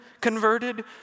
converted